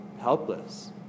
helpless